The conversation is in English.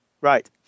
Right